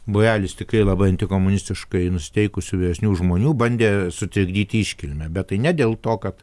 būrelis tikrai labai antikomunistiškai nusiteikusių vyresnių žmonių bandė sutrikdyti iškilmę bet tai ne dėl to kad